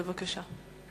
בבקשה.